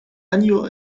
annual